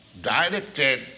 directed